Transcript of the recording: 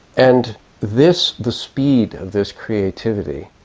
and this, the speed of this creativity,